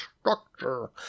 structure